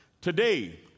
Today